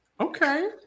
Okay